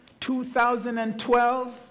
2012